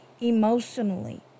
emotionally